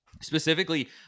specifically